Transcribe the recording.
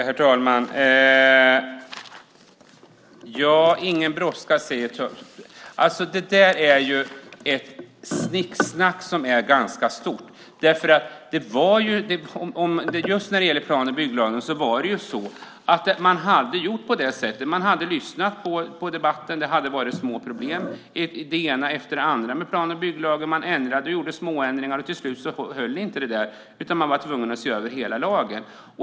Herr talman! Ingen brådska, säger statsrådet. Det är snicksnack! Just när det gäller plan och bygglagen hade man lyssnat på debatten. Det hade varit små problem med lagen - det ena efter det andra - och man gjorde småändringar. Till slut höll det inte längre, utan man var tvungen att se över hela lagen.